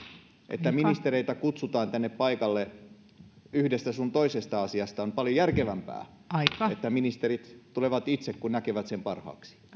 että ministereitä kutsutaan tänne paikalle yhdestä sun toisesta asiasta on paljon järkevämpää että ministerit tulevat itse kun näkevät sen parhaaksi